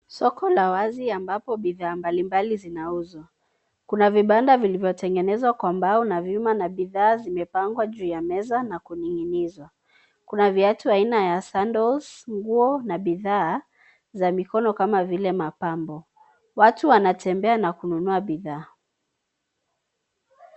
Soko la wazi ambapo bidhaa mbali mbali zinauzwa. Kuna vibanda vilivyotengenezwa kwa mbao na vyuma na bidhaa zimepangwa juu ya meza na kuning'inizwa. Kuna viatu aina ya sandals ,nguo na bidhaa za mikono kama vile mapambo. Watu wanatembea na kununua bidhaa.